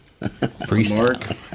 Freestyle